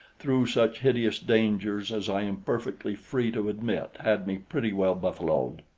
through such hideous dangers as i am perfectly free to admit had me pretty well buffaloed.